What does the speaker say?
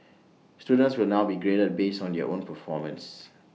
students will now be graded based on your own performance